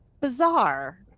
bizarre